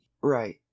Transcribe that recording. Right